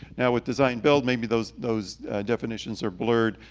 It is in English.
now, with design-build, maybe those those definitions are blurred,